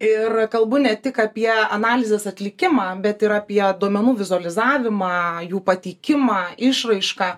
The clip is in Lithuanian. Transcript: ir kalbu ne tik apie analizės atlikimą bet ir apie duomenų vizualizavimą jų pateikimą išraišką